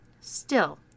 Still